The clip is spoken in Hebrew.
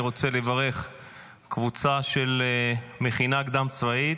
אני רוצה לברך קבוצה של מכינה קדם-צבאית,